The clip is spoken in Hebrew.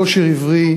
// בוא שיר עברי,